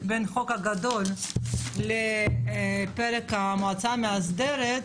בין החוק הגדול לפרק המועצה המאסדרת,